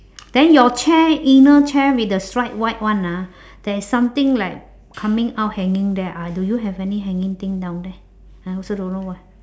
then your chair inner chair with the striped white one ah there's something like coming out hanging there ah do you have anything hanging thing down there I also don't know what